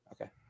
Okay